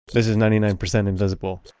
this is ninety nine percent invisible.